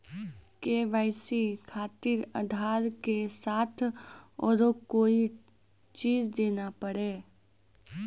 KYC खातिर आधार के साथ औरों कोई चीज देना पड़ी?